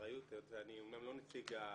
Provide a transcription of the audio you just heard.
אני יכול להגיד באחריות אני אומנם לא נציג הפדגוגיה